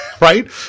right